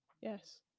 Yes